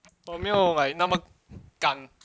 我没有 like 那么敢